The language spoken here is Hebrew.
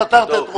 פתרת את הבעיה.